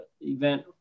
event